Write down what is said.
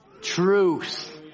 truth